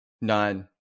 nine